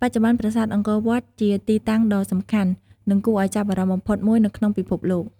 បច្ចុប្បន្ន ប្រាសាទអង្គរវត្តជាទីតាំងដ៏សំខាន់ និងគួរឱ្យចាប់អារម្មណ៍បំផុតមួយនៅក្នុងពិភពលោក។